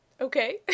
Okay